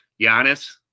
Giannis